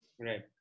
right